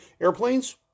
airplanes